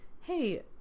hey